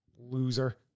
Loser